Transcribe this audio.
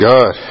God